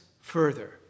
further